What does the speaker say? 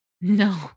No